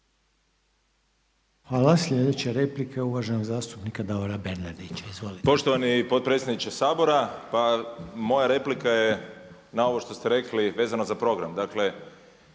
Hvala. Slijedeća replika je uvaženog zastupnika Davora Bernardića. Izvolite. **Bernardić, Davor (SDP)** Poštovani potpredsjedniče Sabor, pa moja replika je na ovo što ste rekli vezano za program. Dakle,